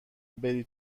برم